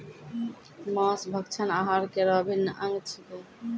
मांस भक्षण आहार केरो अभिन्न अंग छिकै